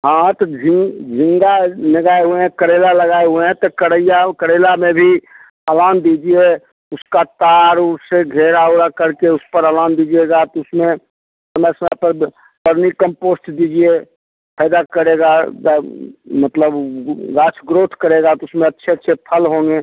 हाँ तो झींग झींगा लगाए हुए हैं करैला लगाए हुए हैं तो कड़इया करैला में भी अवान दीजिए उसका तार उससे घेरा ओरा करके उस पर अवाम दीजिएगा तो उसमें समय समय पर व बर्मी कंपोस्ट दीजिए फायदा करेगा मतलब वास ग्रोथ करेगा तो उसमें अच्छे अच्छे फल होंगे